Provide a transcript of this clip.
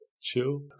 chill